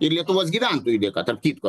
ir lietuvos gyventojų dėka tarp kitko